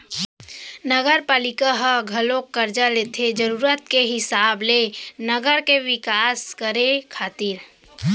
नगरपालिका ह घलोक करजा लेथे जरुरत के हिसाब ले नगर के बिकास करे खातिर